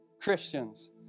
Christians